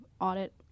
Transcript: audit